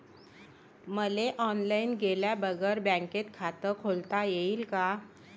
मले ऑनलाईन गेल्या बगर बँकेत खात खोलता येईन का?